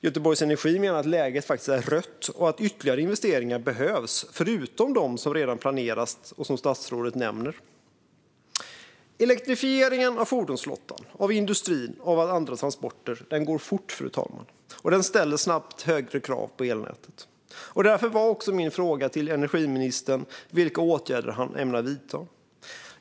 Göteborg Energi menar att läget faktiskt är rött och att ytterligare investeringar behövs förutom dem som redan planeras och som statsrådet nämner. Elektrifieringen av fordonsflottan, av industrin och av andra transporter går fort, fru talman, och ställer snabbt högre krav på elnätet. Därför var också min fråga till energiministern vilka åtgärder han ämnar vidta.